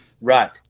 Right